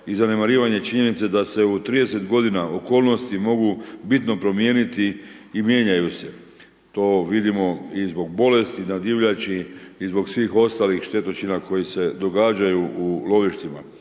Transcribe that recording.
i zanemarivanje činjenice da se u 30 g. okolnosti mogu bitno promijeniti i mijenjaju e. to vidimo i zbog bolesti na divljači i zbog svih ostalih štetočina koje se događaju u lovištima.